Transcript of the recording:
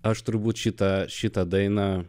aš turbūt šitą šitą dainą